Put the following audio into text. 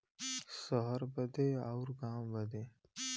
सहर बदे अउर गाँव बदे